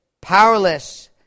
powerless